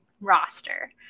roster